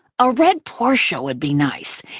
a red porsche would be nice,